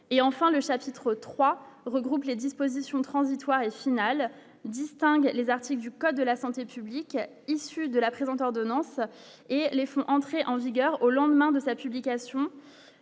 et enfin, le chapitre 3 regroupe les dispositions transitoires et finales distingue les articles du code de la santé publique, issue de la présente ordonnance et les feux, entrer en vigueur au lendemain de sa publication